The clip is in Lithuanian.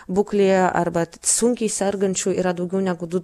būklėje arba sunkiai sergančių yra daugiau negu du